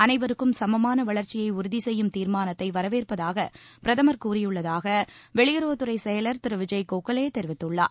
அனைவருக்கும் சமமான வளர்ச்சியை உறுதி செய்யும் தீர்மானத்தை வரவேற்பதாக பிரதமர் கூறியுள்ளதாக வெளியுறவுத்துறை செயலர் திரு விஜய்கோகலே தெரிவித்துள்ளார்